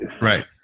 right